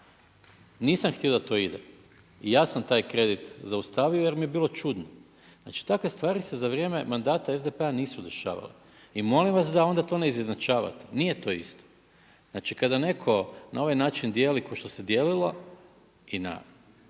Nisam htio da to ide i ja sam taj kredit zaustavio jer mi je bilo čudno. Znači takve stvari se za vrijeme mandata SDP-a nisu dešavale i molim vas da onda to ne izjednačavate. Nije to isto. Znači kada neko na ovaj način dijeli ko što se dijelilo i na